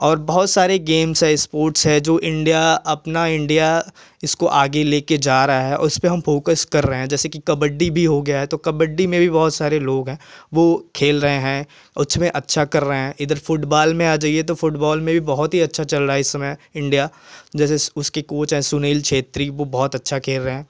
और बहुत सारे गेम्स है स्पोर्ट्स है जो इंडिया अपना इंडिया इसको आगे लेकर जा रहा है उस पर हम फोकस कर रहे हैं जैसे की कबड्डी भी हो गया है तो कबड्डी में बहुत सारे लोग हैं वह खेल रहे हैं उसमें अच्छा कर रहे हैं इधर फुटबॉल में आ जाइए तो फुटबॉल में भी बहुत ही अच्छा चल रहा है इस समय इंडिया जैसे उसके कोच है सुनील क्षेत्री वह बहुत अच्छा खेल रहे हैं